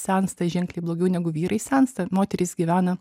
sensta ženkliai blogiau negu vyrai sensta moterys gyvena